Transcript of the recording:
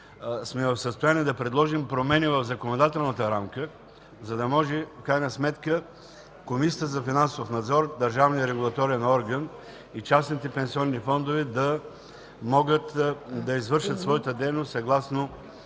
сме в състояние да предложим промени в законодателната рамка, за да може Комисията за финансов надзор, държавният регулаторен орган и частните пенсионни фондове да могат да извършат своята дейност съгласно